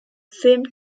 fame